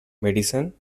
medicine